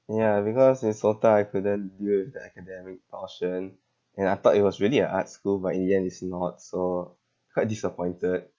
ya because in SOTA I couldn't deal with the academic portion and I thought it was really an arts school but in the end it's not so quite disappointed